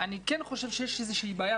אני כן חושב שיש איזו בעיה,